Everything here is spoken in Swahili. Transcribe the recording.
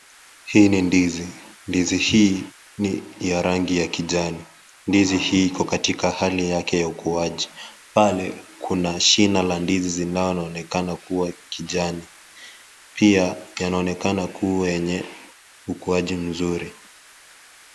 Hii ni ndizi, ndizi hii ni ya rangi ya kijani, ndizi hii iko katika hali yake ya ukuwaji. Pale kuna shina la ndizi linaonekana kuwa kijani pia yanaonekana kuwa wenye ukuwaji mzuri.